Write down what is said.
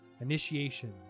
initiation